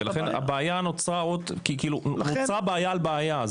וכלן, נוצרה בעיה על בעיה.